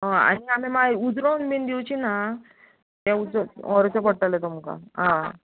हय आनी आमी मागीर उजरोन बीन दिवची ना आं तें उजरो व्हरचें पडटलें तुमकां आं